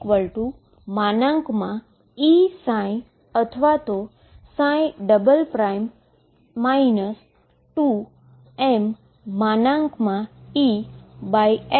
X ≠ a અથવા x ≠ a બંનેનુ જો સાથે સમીકરણ લખીએ તો તે 22mEψ છે